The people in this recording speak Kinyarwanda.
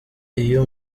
iyo